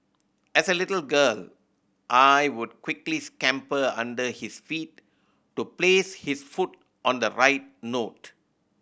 as a little girl I would quickly scamper under his feet to place his foot on the right note